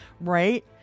Right